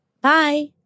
Bye